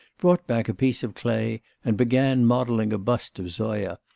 brought back a piece of clay, and began modelling a bust of zoya,